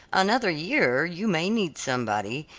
another year you may need somebody,